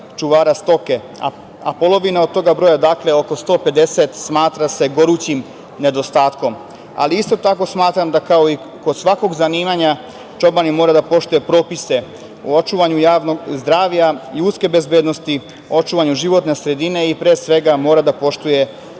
čuvara stoke, a polovina od tog broja, oko 150, smatra se gorućim nedostatkom. Isto tako smatram da, kao i kod svakog zanimanja, čobanin mora da poštuje propise u očuvanju javnog zdravlja i ljudske bezbednosti, očuvanju životne sredine i, pre svega, mora da poštuje